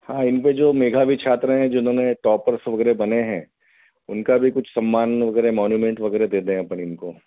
हाँ इनको जो मेधावी छात्र हैं जिन्होंने टॉपर्स वग़ैरह बने हैं उनका भी कुछ सम्मान वग़ैरह मोनीमेंट वग़ैरह देते हैं अपन इनको